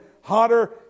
hotter